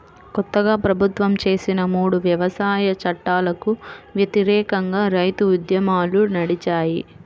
కొత్తగా ప్రభుత్వం చేసిన మూడు వ్యవసాయ చట్టాలకు వ్యతిరేకంగా రైతు ఉద్యమాలు నడిచాయి